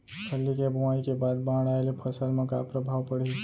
फल्ली के बोआई के बाद बाढ़ आये ले फसल मा का प्रभाव पड़ही?